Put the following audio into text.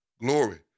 glory